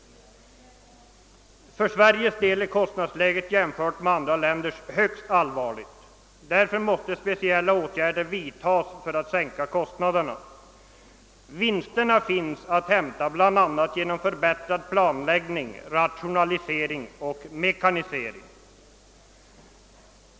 För Sveriges del är kostnadsläget jämfört med andra länders högst allvarligt. Därför måste speciella åtgärder vidtas för att sänka kostnaderna. Vinsterna finns att hämta bl.a. genom förbättrad planläggning, rationalisering och mekanisering.